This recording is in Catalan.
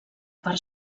part